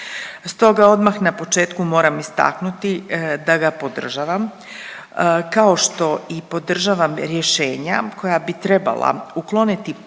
Stoga odmah na početku moram istaknuti da ga podržavam kao što i podržavam rješenja koja bi trebala ukloniti pojedine